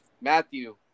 Matthew